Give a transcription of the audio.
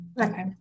okay